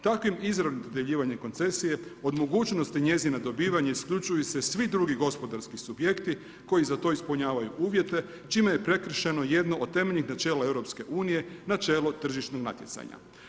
Takvim izranim dodjeljivanjem koncesije, od mogućnosti njezina dobivanja, isključuju se svi gospodarski subjekti, koji za to ispunjavaju uvijete, čime je prekršeno jedno od temeljnih načela EU, načelo tržišnog natjecanja.